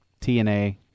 TNA